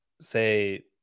say